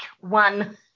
one